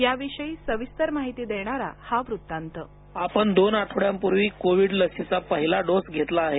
या विषयी सविस्तर माहिती देणारा हा वृत्तांत आपण दोन आठवड्यांपूर्वी कोविड लसीचा पहिला डोस घेतला आहे